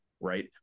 right